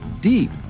deep